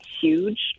huge